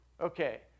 Okay